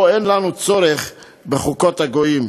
פה אין לנו צורך בחוקות הגויים.